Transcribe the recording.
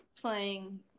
playing